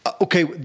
Okay